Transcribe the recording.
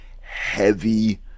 heavy